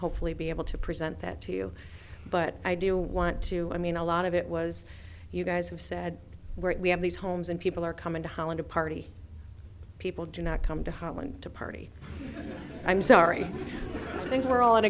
hopefully be able to present that to you but i do want to i mean a lot of it was you guys have said where we have these homes and people are coming to holiday party people do not come to holland to party i'm sorry i think we're all in